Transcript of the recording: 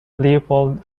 leopold